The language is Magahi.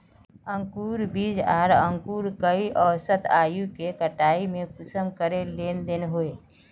अंकूर बीज आर अंकूर कई औसत आयु के कटाई में कुंसम करे लेन देन होए?